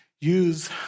use